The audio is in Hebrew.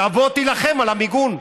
תבוא, תילחם על המיגון.